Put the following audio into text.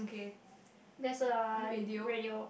that's a radio